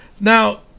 Now